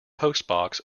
postbox